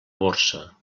borsa